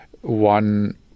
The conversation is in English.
one